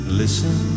listen